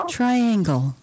Triangle